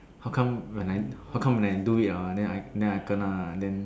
how come when I how come when I do it ah then I then I gonna then